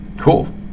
cool